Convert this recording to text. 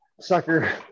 sucker